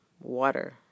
water